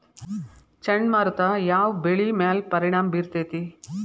ಚಂಡಮಾರುತ ಯಾವ್ ಬೆಳಿ ಮ್ಯಾಲ್ ಪರಿಣಾಮ ಬಿರತೇತಿ?